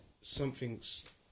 something's